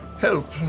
help